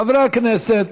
חברי הכנסת,